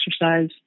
exercise